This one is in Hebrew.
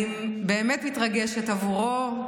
אני באמת מתרגשת עבורו.